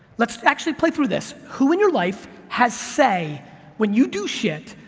let's actually play through this, who in your life has say when you do shit,